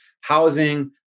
housing